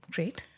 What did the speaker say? Great